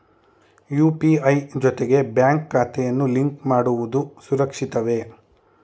UPI ಜೊತೆಗೆ bank ಖಾತೆಯನ್ನು link ಮಾಡುವುದು ಸುರಕ್ಷಿತವೇ?